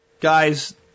Guys